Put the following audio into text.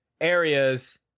areas